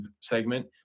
segment